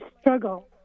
struggle